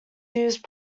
used